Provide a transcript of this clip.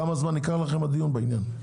כמה זמן ייקח לכם הדיון בעניין?